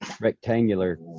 rectangular